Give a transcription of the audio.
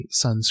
sunscreen